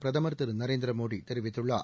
பிரதமர் திரு நரேந்திர மோடி தெரிவித்துள்ளார்